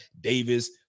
Davis